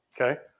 Okay